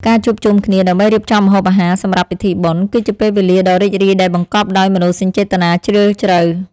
ការជួបជុំគ្នាដើម្បីរៀបចំម្ហូបអាហារសម្រាប់ពិធីបុណ្យ គឺជាពេលវេលាដ៏រីករាយដែលបង្កប់ដោយមនោសញ្ចេតនាជ្រាលជ្រៅ។